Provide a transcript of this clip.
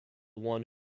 one